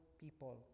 people